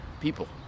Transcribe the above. people